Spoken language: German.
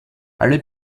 alle